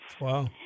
Wow